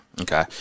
okay